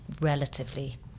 relatively